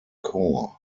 core